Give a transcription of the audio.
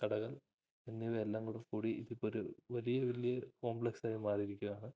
കടകൾ എന്നിവയെല്ലാം കൂടെക്കൂടി ഇതിപ്പോഴൊരു വലിയ വലിയ കോംപ്ലക്സായി മാറിയിരിക്കുകയാണ്